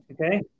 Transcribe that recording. Okay